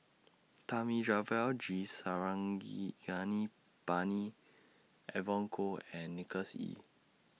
Thamizhavel G Evon Kow and Nicholas Ee